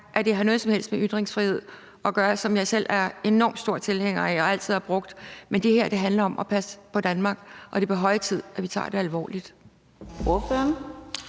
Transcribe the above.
at det har noget som helst med ytringsfrihed at gøre – ytringsfriheden, som jeg selv er enormt stor tilhænger af og altid har brugt. Men det her handler om at passe på Danmark, og det er på høje tid, at vi tager det alvorligt.